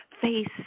face